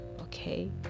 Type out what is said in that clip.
okay